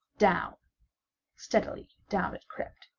down steadily down it crept.